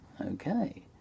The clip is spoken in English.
Okay